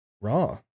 Raw